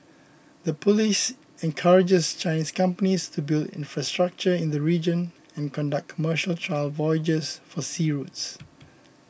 the policy encourages Chinese companies to build infrastructure in the region and conduct commercial trial voyages for sea routes